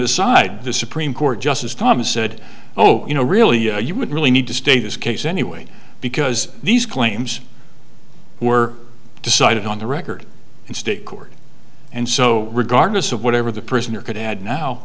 aside the supreme court justice thomas said oh you know really you would really need to state his case anyway because these claims were decided on the record in state court and so regardless of whatever the prisoner could add now